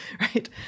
right